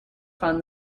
fun